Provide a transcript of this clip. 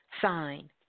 sign